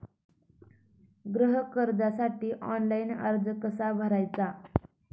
गृह कर्जासाठी ऑनलाइन अर्ज कसा भरायचा?